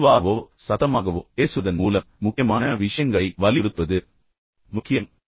மெதுவாகவோ சத்தமாகவோ பேசுவதன் மூலம் முக்கியமான விஷயங்களை வலியுறுத்துவது முக்கியம்